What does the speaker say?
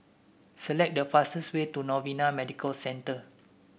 select the fastest way to Novena Medical Center